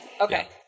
Okay